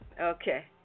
Okay